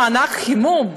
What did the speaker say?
מענק חימום,